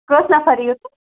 کٔژ نَفَر یِیِو تُہۍ